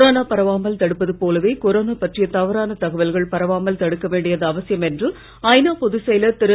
corona பரவாமல் தடுப்பது போலவே கொரோனா பற்றிய தவறான தகவல்கள் பரவாமலும் தடுக்க வேண்டியது அவசியம் என்று ஐநா பொதுச் செயலர் திரு